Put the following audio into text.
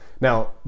Now